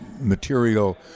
material